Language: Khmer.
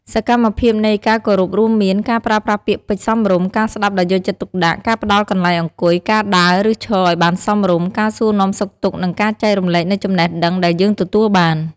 សកម្មភាពនៃការគោរពរួមមាន ការប្រើប្រាស់ពាក្យពេចន៍សមរម្យ ការស្ដាប់ដោយយកចិត្តទុកដាក់ ការផ្ដល់កន្លែងអង្គុយ ការដើរ ឬឈរឱ្យបានសមរម្យ ការសួរនាំសុខទុក្ខនិងការចែករំលែកនូវចំណេះដឹងដែលយើងទទួលបាន។